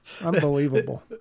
Unbelievable